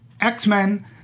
X-Men